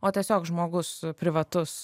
o tiesiog žmogus privatus